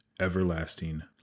everlasting